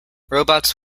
robots